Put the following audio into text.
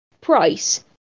Price